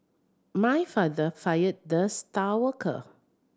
my father fired the star worker